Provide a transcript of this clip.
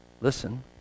listen